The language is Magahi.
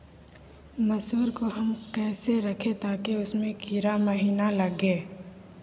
मसूर को हम कैसे रखे ताकि उसमे कीड़ा महिना लगे?